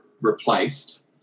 replaced